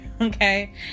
okay